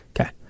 Okay